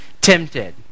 tempted